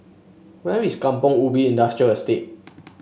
where is Kampong Ubi Industrial Estate